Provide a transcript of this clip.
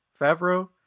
Favreau